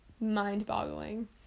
mind-boggling